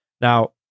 Now